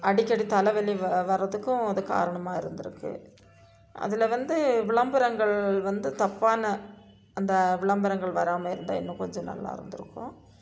அடிக்கடி தலைவலி வ வர்றதுக்கும் அது காரணமாக இருந்திருக்கு அதில் வந்து விளம்பரங்கள் வந்து தப்பான அந்த விளம்பரங்கள் வராமல் இருந்தால் இன்னும் கொஞ்சம் நல்லா இருந்திருக்கும்